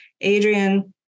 Adrian